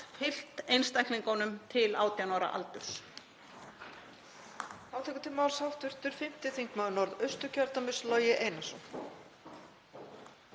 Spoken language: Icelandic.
fylgt einstaklingunum til 18 ára aldurs.